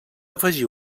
afegir